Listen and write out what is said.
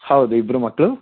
ಹೌದು ಇಬ್ಬರು ಮಕ್ಕಳು